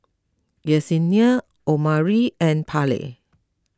Yessenia Omari and Parley